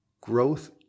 growth